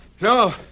No